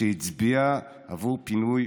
שהצביע עבור פינוי